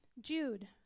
Jude